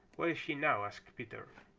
where is she now? asked peter.